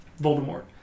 Voldemort